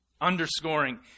Underscoring